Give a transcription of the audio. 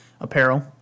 apparel